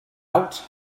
out